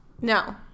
No